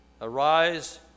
Arise